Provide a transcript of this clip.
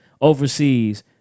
overseas